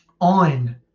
on